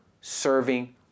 serving